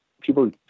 people